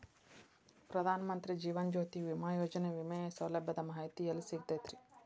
ಪ್ರಧಾನ ಮಂತ್ರಿ ಜೇವನ ಜ್ಯೋತಿ ಭೇಮಾಯೋಜನೆ ವಿಮೆ ಸೌಲಭ್ಯದ ಮಾಹಿತಿ ಎಲ್ಲಿ ಸಿಗತೈತ್ರಿ?